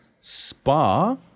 Spa